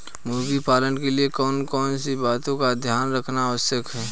मुर्गी पालन के लिए कौन कौन सी बातों का ध्यान रखना आवश्यक है?